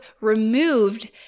removed